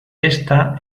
ésta